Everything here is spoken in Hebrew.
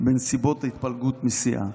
בנסיבות ההתפלגות מסיעה,